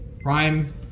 Prime